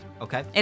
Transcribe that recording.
Okay